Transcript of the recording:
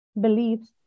beliefs